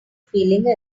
feeling